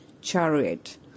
chariot